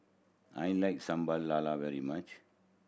I like Sambal Lala very much